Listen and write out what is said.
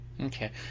Okay